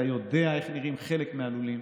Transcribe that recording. ואתה יודע איך נראים חלק מהלולים.